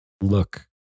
look